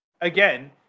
again